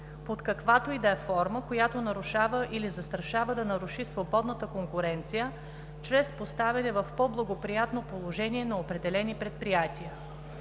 под каквато и да е форма, която нарушава или застрашава да наруши свободната конкуренция чрез поставяне в по-благоприятно положение на определени предприятия,